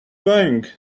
going